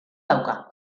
dauka